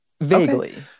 Vaguely